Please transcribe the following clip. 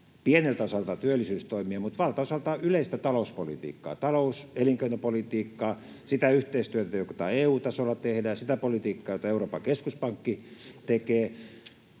pieneltä osaltaan työllisyystoimia mutta valtaosaltaan yleistä talouspolitiikkaa: talous-, elinkeinopolitiikkaa, sitä yhteistyötä, jota EU-tasolla tehdään, sitä politiikkaa, jota Euroopan keskuspankki tekee.